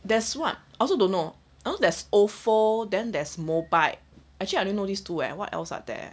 there's what I also don't know oh there's ofo then there's mobike actually I only know this two leh what else are there